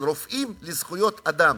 "רופאים לזכויות אדם"?